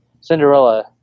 Cinderella